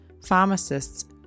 pharmacists